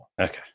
Okay